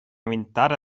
ventata